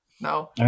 no